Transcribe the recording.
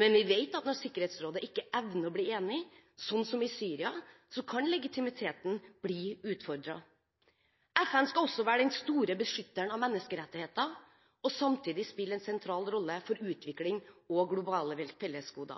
men vi vet at når Sikkerhetsrådet ikke evner å bli enig, sånn som i Syria, kan legitimiteten bli utfordret. FN skal også være den store beskytteren av menneskerettigheter og samtidig spille en sentral rolle for utvikling og